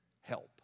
help